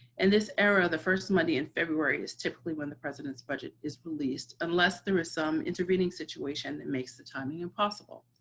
and this era, the first monday in february is typically when the president's budget is released, unless there is some intervening situation that makes the timing impossible.